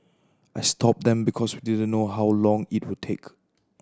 I stopped them because we didn't know how long it would take